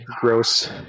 gross